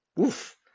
oof